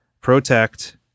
protect